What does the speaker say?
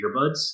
earbuds